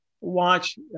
watch